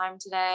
today